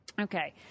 Okay